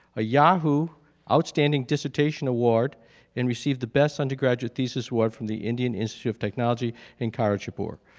a yahoo outstanding dissertation award and received the best undergraduate thesis award from the indian institute of technology in kharagpur.